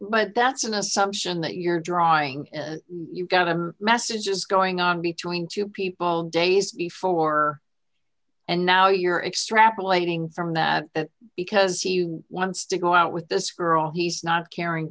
but that's an assumption that you're drawing is you've got a message just going on between two people days before and now you're extrapolating from that because you want to go out with this girl he's not caring